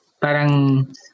parang